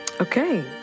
Okay